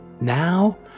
Now